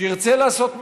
שירצה לעשות מהלך.